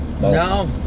no